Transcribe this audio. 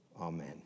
Amen